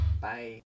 Bye